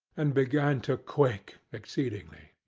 and began to quake exceedingly.